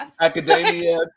Academia